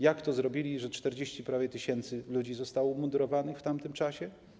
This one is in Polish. Jak to zrobili, że 40 prawie tys. ludzi zostało umundurowanych w tamtym czasie?